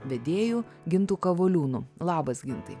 vedėju gintu kavoliūnu labas gintai